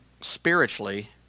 spiritually